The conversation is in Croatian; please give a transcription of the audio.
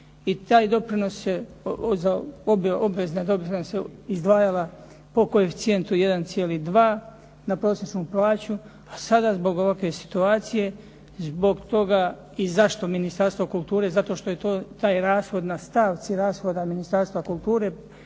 doprinose izdvajala po koeficijentu 1,2 na prosječnu plaću, a sada zbog ovakve situacije i zašto Ministarstvo kulture? Zato što je to rashod na stavci rashoda Ministarstva kulture